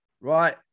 right